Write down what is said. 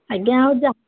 ଆଜ୍ଞା ହଉ ଯାହା